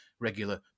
regular